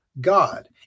God